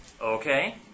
Okay